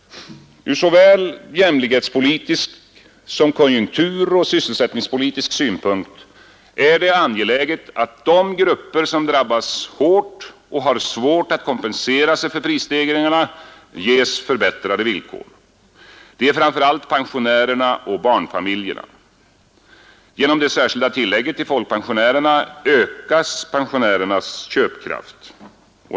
Ur såväl jämlikhetspolitisk som konjunkturoch sysselsättningspolitisk synpunkt är det angeläget att de grupper som drabbas hårt och har svårt att kompensera sig för prisstegringar ges förbättrade villkor. Det är framför allt pensionärerna och barnfamiljerna. Genom det särskilda tillägget till folkpensionärerna ökas pensionärernas köpkraft.